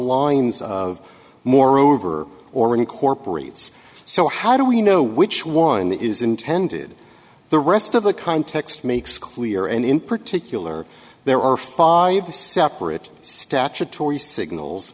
lines of moreover or incorporates so how do we know which one is intended the rest of the context makes clear and in particular there are five separate statutory signals